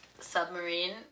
Submarine